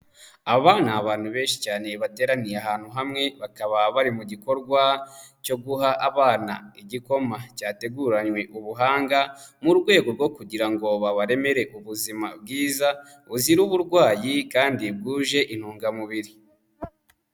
Aba ni abantu benshi cyane bateraniye ahantu hamwe, bakaba bari mu gikorwa cyo guha abana igikoma cyateguranywe ubuhanga, mu rwego rwo kugira ngo babaremere ubuzima bwiza buzira uburwayi kandi bwuje intungamubiri.